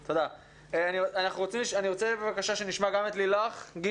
‏אני אומרת בצורה מפורשת: אנחנו לא יכולים ואין לנו